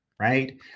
Right